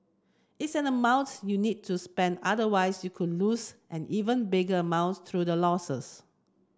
it's an amount you need to spend otherwise you could lose an even bigger amounts through the losses